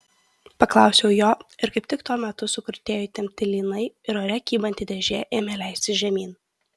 paklausiau jo ir kaip tik tuo metu sukrutėjo įtempti lynai ir ore kybanti dėžė ėmė leistis žemyn